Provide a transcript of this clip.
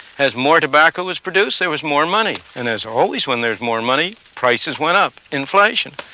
as more tobacco was produced, there was more money. and as always when there's more money, prices went up inflation.